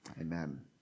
Amen